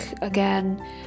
again